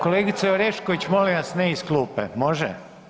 Kolegice Orešković molim vas ne iz klupe, može?